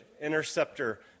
interceptor